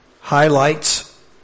highlights